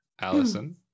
Allison